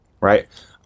right